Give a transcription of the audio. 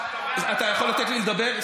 אתה יכול לתת לי לדבר?